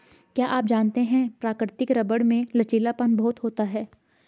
क्या आप जानते है प्राकृतिक रबर में लचीलापन बहुत होता है?